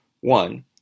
one